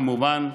כמובן,